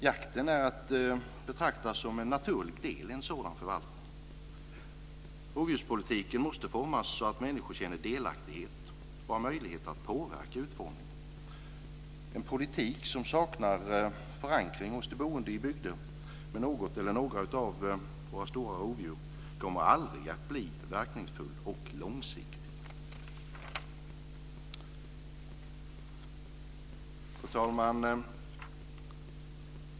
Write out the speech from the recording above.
Jakten är att betrakta som en naturlig del i en sådan förvaltning. Rovdjurspolitiken måste utformas så att människor känner delaktighet och har möjlighet att påverka utformningen. En politik för något eller några av våra stora rovdjur som saknar förankring hos de boende i bygden kommer aldrig att bli verkningsfull och långsiktig. Fru talman!